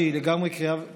שהיא לגמרי קריאת כיוון,